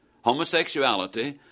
homosexuality